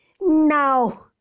No